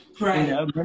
right